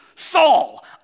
Saul